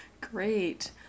Great